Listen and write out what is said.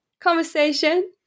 conversation